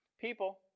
people